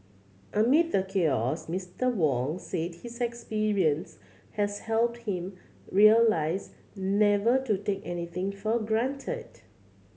amid the chaos Mister Wong said his experience has helped him realise never to take anything for granted